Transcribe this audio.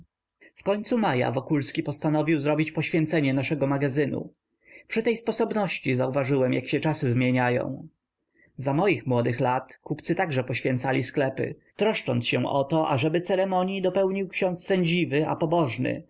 w końcu maja wokulski postanowił zrobić poświęcenie naszego magazynu przy tej sposobności zauważyłem jak się czasy zmieniają za moich młodych lat kupcy także poświęcali sklepy troszcząc się o to ażeby ceremonii dopełnił ksiądz sędziwy a pobożny